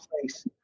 place